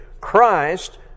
Christ